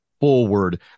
forward